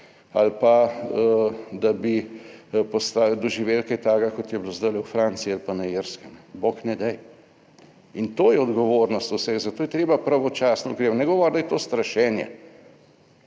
ali pa da bi postali, doživeli kaj takega, kot je bilo zdajle v Franciji ali pa na Irskem, bog ne daj in to je odgovornost vseh, zato je treba pravočasno ukrepati. Ne govoriti, da je to strašenje.